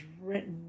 written